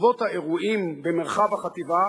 בעקבות האירועים במרחב החטיבה,